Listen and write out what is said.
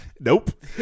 Nope